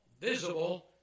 visible